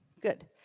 good